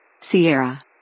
Sierra